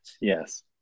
Yes